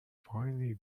finely